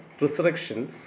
resurrection